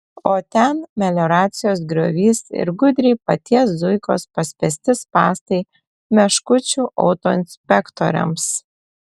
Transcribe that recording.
o ten melioracijos griovys ir gudriai paties zuikos paspęsti spąstai meškučių autoinspektoriams